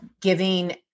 giving